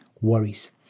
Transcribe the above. worries